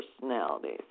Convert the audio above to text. personalities